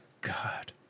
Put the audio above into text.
God